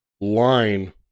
line